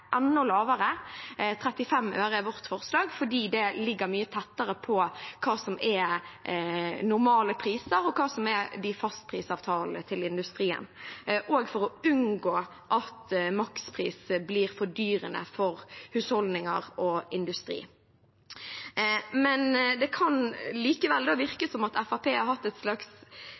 Vårt forslag er 35 øre, fordi det ligger mye tettere på hva som er normale priser, og hva som er fastprisavtalene til industrien, men også for å unngå at makspris blir fordyrende for husholdninger og industri. Det kan likevel virke som om Fremskrittspartiet har hatt et slags